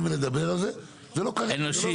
זה אנושי,